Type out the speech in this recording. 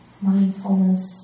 Mindfulness